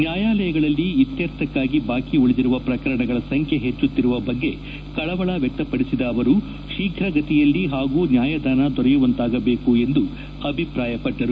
ನ್ಯಾಯಾಲಯಗಳಲ್ಲಿ ಇತ್ತರ್ಥಕ್ಕಾಗಿ ಬಾಕಿ ಉಳಿದಿರುವ ಪ್ರಕರಣಗಳ ಸಂಖ್ಯೆ ಹೆಚ್ಚುತ್ತಿರುವ ಬಗ್ಗೆ ಕಳವಳ ವ್ಯಕ್ತಪಡಿಸಿದ ಅವರು ಶೀಘ್ರಗತಿಯಲ್ಲಿ ಪಾಗೂ ನ್ಯಾಯದಾನ ದೊರೆಯುವಂತಾಗಬೇಕು ಎಂದು ಅಭಿಪ್ರಾಯಪಟ್ಟರು